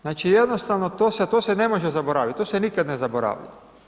Znači, jednostavno, to se ne može zaboravit, to se nikad ne zaboravlja.